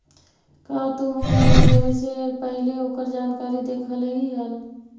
का तु home loan लेवे से पहिले ओकर जानकारी देखलही हल?